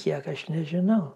kiek aš nežinau